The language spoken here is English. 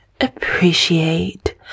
appreciate